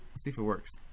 see if it works.